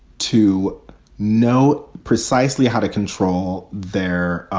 to know precisely how to control their